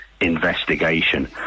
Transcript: investigation